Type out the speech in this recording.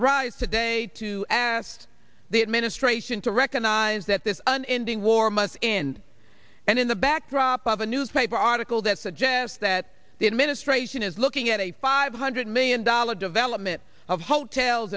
rise today to ask the administration to recognize that this an ending war must end and in the backdrop of a newspaper article that suggests that the administration is looking at a five hundred million dollar development of hotels